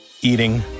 Eating